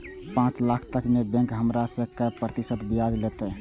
पाँच लाख तक में बैंक हमरा से काय प्रतिशत ब्याज लेते?